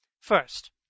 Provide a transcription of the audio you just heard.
First